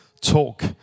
talk